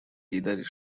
either